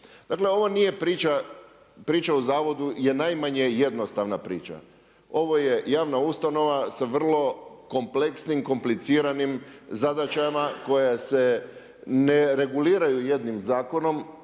Dakle, ovo nije priča o zavodu je najmanje jednostavna priča. Ovo je javna ustanova sa vrlo kompleksnim, kompliciranim zadaćama koje se ne reguliraju jednim zakonom.